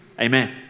Amen